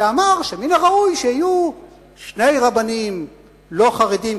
שאמר שמן הראוי שיהיו שני רבנים לא חרדים,